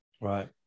right